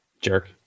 Jerk